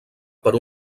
per